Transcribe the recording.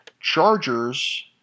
Chargers